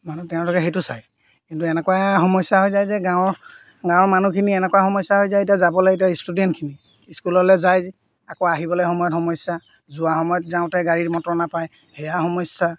মানে তেওঁলোকে সেইটো চায় কিন্তু এনেকুৱা সমস্যা হৈ যায় যে গাঁৱৰ গাঁৱৰ মানুহখিনি এনেকুৱা সমস্যা হৈ যায় এতিয়া যাবলৈ এতিয়া ষ্টুডেণ্টখিনি স্কুললৈ যায় আকৌ আহিবলৈ সময়ত সমস্যা যোৱা সময়ত যাওঁতে গাড়ীত মটৰ নাপায় সেয়া সমস্যা